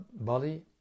Bali